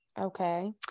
Okay